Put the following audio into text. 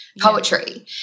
poetry